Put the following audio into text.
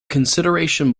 consideration